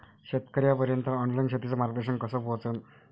शेतकर्याइपर्यंत ऑनलाईन शेतीचं मार्गदर्शन कस पोहोचन?